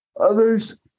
Others